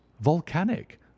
volcanic